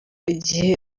igihe